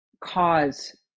cause